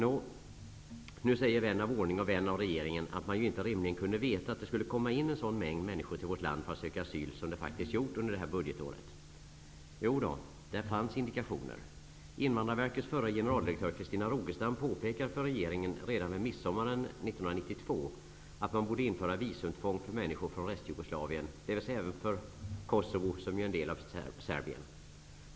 Nå, nu säger vän av ordning och vän av regeringen att man ju inte rimligen kunde veta att det skulle komma in en sådan mängd människor till vårt land för att söka asyl som det faktiskt gjort under detta budgetår. Jodå, det fanns indikationer. Rogestam, påpekade för regeringen redan vid midsommaren 1992 att man borde införa visumtvång för människor från Restjugoslavien, dvs. även för Kosovo, som ju är en del av Serbien.